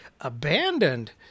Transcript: abandoned